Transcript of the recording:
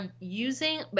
using